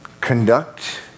Conduct